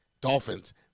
dolphins